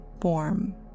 form